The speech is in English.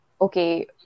okay